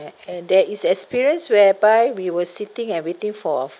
and there is experience whereby we were sitting and waiting for our